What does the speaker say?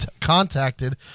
contacted